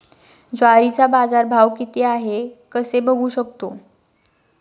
ज्वारीचा बाजारभाव किती आहे कसे बघू शकतो?